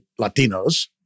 Latinos